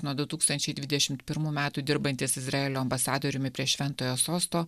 nuo du tūkstančiai dvidešimt metų dirbantis izraelio ambasadoriumi prie šventojo sosto